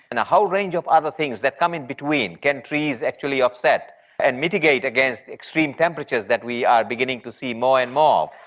and a whole range of other things that come in between can trees actually offset and mitigate against extreme temperatures that we are beginning to see more and more,